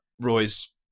Roy's